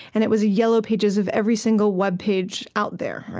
and it was a yellow pages of every single webpage out there,